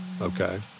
Okay